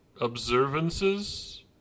observances